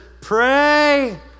Pray